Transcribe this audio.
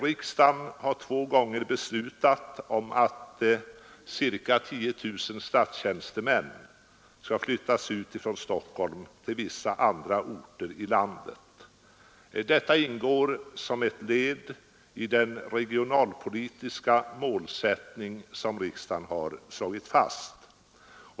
Riksdagen har två gånger beslutat om att ca 10 000 statstjänstemän skall flyttas ut från Stockholm till vissa andra orter i landet. Detta ingår som ett led i den regionalpolitiska målsättning som riksdagen har slagit fast.